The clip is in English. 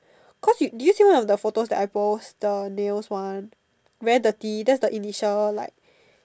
cause you did you see one of the photos that I post the nails one very dirty that's the initial like